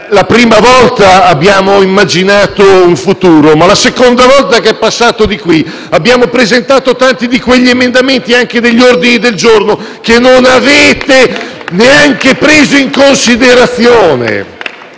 la prima volta abbiamo immaginato un futuro, ma la seconda volta che lei è passato di qui abbiamo presentato tanti emendamenti e ordini del giorno che non avete neanche preso in considerazione.